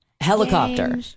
Helicopter